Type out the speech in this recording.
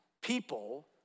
people